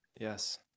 Yes